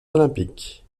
olympiques